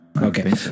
Okay